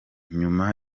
nyuma